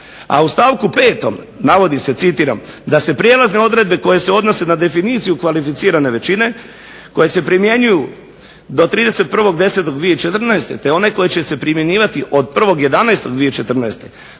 A u stavku 5. navodi se citiram: "da se prijelazne odredbe koje se odnose na definiciju kvalificirane većine, koje je primjenjuju do 21. 10. 2014. te one koje će se primjenjivati od 1. 11. 2014.